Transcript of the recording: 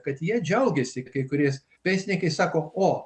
kad jie džiaugiasi kai kuris pensininkai sako o